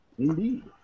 Indeed